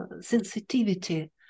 sensitivity